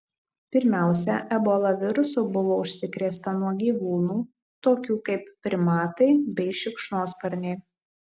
pirmiausia ebola virusu buvo užsikrėsta nuo gyvūnų tokių kaip primatai bei šikšnosparniai